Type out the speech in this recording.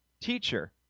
teacher